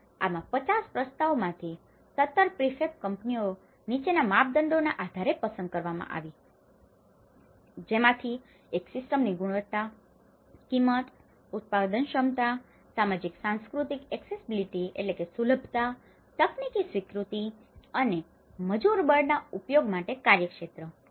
અને આમાં 50 પ્રસ્તાવોમાંથી 17 પ્રીફેબ કંપનીઓ નીચેના માપદંડોના આધારે પસંદ કરવામાં આવી હતીજેમાંથી એક સિસ્ટમની ગુણવત્તા કિંમત ઉત્પાદન ક્ષમતા સામાજિક સાંસ્કૃતિક અક્કેસ્સિબિલિટી accessibility સુલભતા તકનીકીની સ્વીકૃતિ અને મજૂરબળના ઉપયોગ માટે કાર્યક્ષેત્ર